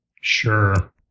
Sure